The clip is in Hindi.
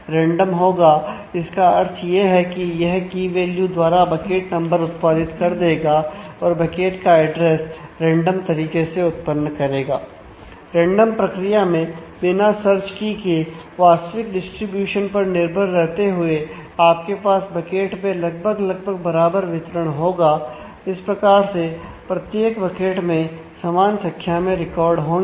रैंडम होंगे और रिकॉर्ड संतुलित मात्रा में होंगे